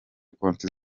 konti